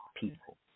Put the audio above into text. people